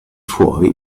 fuori